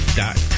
dot